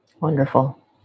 Wonderful